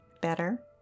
better